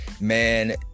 man